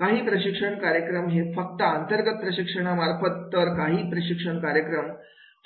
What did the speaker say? काही प्रशिक्षण कार्यक्रम हे फक्त अंतर्गत प्रशिक्षणा मार्फत तर काही प्रशिक्षण कार्यक्रम